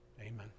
Amen